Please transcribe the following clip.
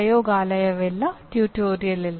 ಪ್ರಯೋಗಾಲಯವಿಲ್ಲ tutorial ಇಲ್ಲ